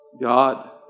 God